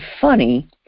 funny